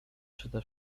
przede